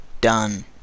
done